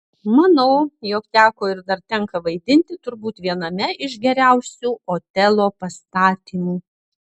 manau jog teko ir dar tenka vaidinti turbūt viename iš geriausių otelo pastatymų